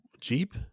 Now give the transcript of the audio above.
Jeep